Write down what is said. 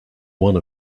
one